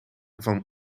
van